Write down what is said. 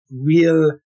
real